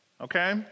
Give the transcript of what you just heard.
Okay